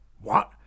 What